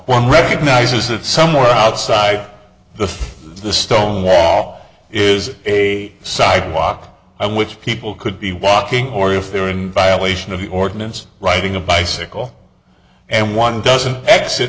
one recognizes it somewhere outside the the stone wall is a sidewalk and which people could be walking or if they're in violation of the ordinance riding a bicycle and one doesn't exit